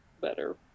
better